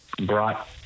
Brought